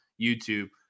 YouTube